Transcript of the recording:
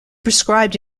prescribed